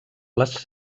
les